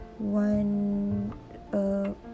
One